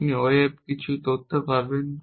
আপনি ওয়েবে কিছু তথ্য পাবেন